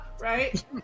right